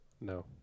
No